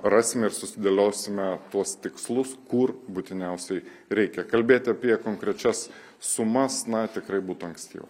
rasime ir susidėliosime tuos tikslus kur būtiniausiai reikia kalbėti apie konkrečias sumas na tikrai būtų ankstyva